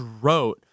wrote